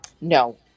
No